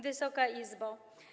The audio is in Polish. Wysoka Izbo!